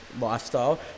lifestyle